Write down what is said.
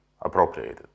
appropriated